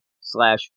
slash